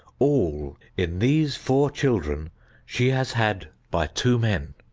all in these four children she has had by two men.